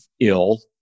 ill